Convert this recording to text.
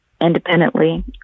independently